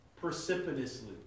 Precipitously